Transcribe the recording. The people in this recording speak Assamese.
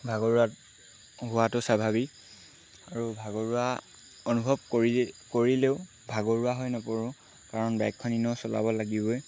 ভাগৰুৱাত হোৱাতো স্বাভাৱিক আৰু ভাগৰুৱা অনুভৱ কৰি কৰিলেও ভাগৰুৱা হৈ নপৰোঁ কাৰণ বাইকখন এনেও চলাব লাগিবই